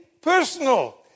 personal